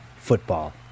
football